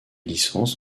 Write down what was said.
licences